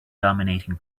dominating